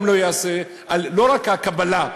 לא רק הקבלה,